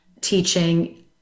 teaching